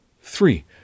three